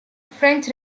french